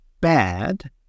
bad